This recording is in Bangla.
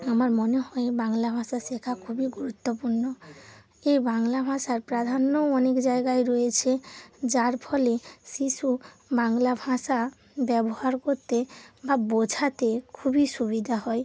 আমার মনে হয় বাংলা ভাষা শেখা খুবই গুরুত্বপূর্ণ এ বাংলা ভাষার প্রাধান্যও অনেক জায়গায় রয়েছে যার ফলে শিশু বাংলা ভাষা ব্যবহার করতে বা বোঝাতে খুবই সুবিধা হয়